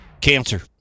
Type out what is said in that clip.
Cancer